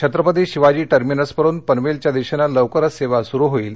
छत्रपती शिवाजी टर्मिनसवरुन पनवेलच्या दिशेने लवकरच सेवा सुरु होईल